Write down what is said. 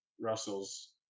Russell's